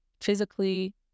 Physically